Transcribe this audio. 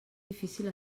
difícil